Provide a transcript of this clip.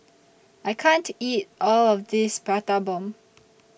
I can't eat All of This Prata Bomb